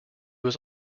was